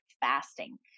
fasting